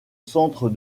centre